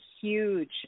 huge